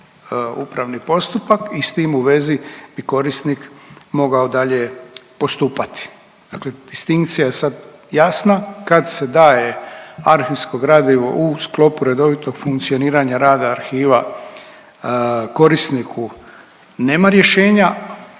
upravni postupak i s tim u vezi bi korisnik mogao dalje postupati. Dakle, distinkcija je sada jasna, kad se daje arhivsko gradivo u sklopu redovito funkcioniranja rada arhiva korisniku nema rješenja